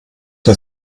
der